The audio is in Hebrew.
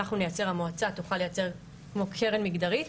המועצה תוכל לייצר כמו קרן מגדרית